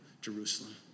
Jerusalem